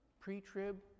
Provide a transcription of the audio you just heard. Pre-trib